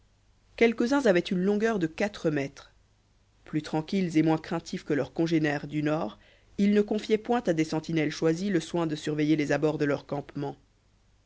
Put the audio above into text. quelques-uns avaient une longueur de quatre mètres plus tranquilles et moins craintifs que leurs congénères du nord ils ne confiaient point à des sentinelles choisies le soin de surveiller les abords de leur campement